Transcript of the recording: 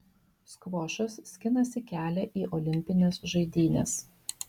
skvošas skinasi kelią į olimpines žaidynes